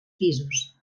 pisos